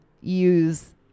use